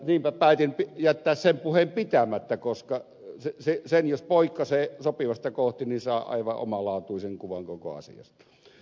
niinpä päätin jättää sen puheen pitämättä koska sen jos poikkasee sopivasta kohti niin saa aivan omalaatuisen kuvan koko asiasta